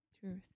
truth